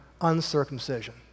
uncircumcision